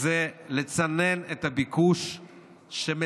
לצנן את הביקוש של משקיעים,